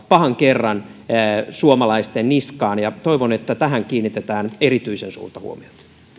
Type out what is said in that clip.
pahan kerran suomalaisten niskaan ja toivon että tähän kiinnitetään erityisen suurta huomiota